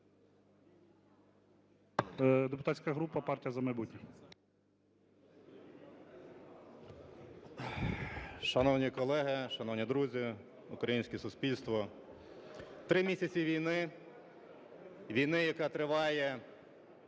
депутатська група партія "За майбутнє".